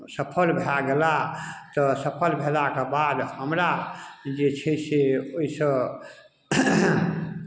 सफल भए गेलाह तऽ सफल भेलाके बाद हमरा जे छै से ओहिसँ